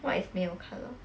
what is 没有 colour